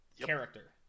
character